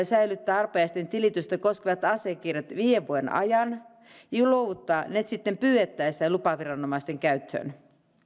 säilyttää arpajaisten tilitystä koskevat asiakirjat viiden vuoden ajan ja luovuttaa ne sitten pyydettäessä lupaviranomaisten käyttöön